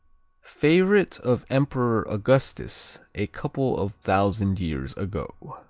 favorite of emperor augustus a couple of thousand years ago.